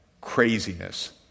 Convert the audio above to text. craziness